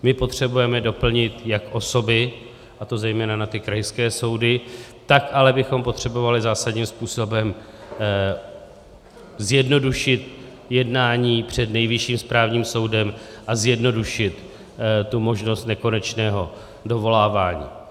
My potřebujeme doplnit jak osoby, a to zejména na krajské soudy, tak ale bychom potřebovali zásadním způsobem zjednodušit jednání před Nejvyšším správním soudem a zjednodušit možnost nekonečného dovolávání.